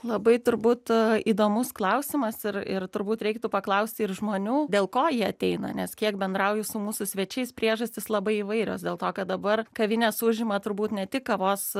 labai turbūt įdomus klausimas ir ir turbūt reiktų paklausti ir žmonių dėl ko jie ateina nes kiek bendrauju su mūsų svečiais priežastys labai įvairios dėl to kad dabar kavinės užima turbūt ne tik kavos